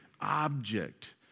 object